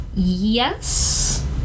Yes